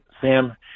Sam